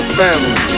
family